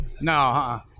No